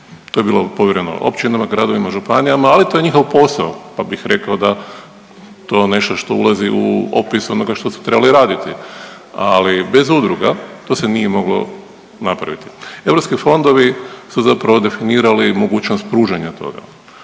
je je bilo povjereno općinama, gradovima, županijama, ali to je njihov posao pa bih rekao da to je nešto što ulazi u opis onoga što su trebali raditi, ali bez udruga to se nije moglo napraviti. Europski fondovi su zapravo definirali mogućnost pružanja toga,